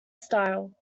style